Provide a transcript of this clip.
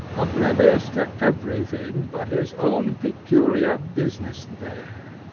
oblivious to every thing but his own peculiar business there.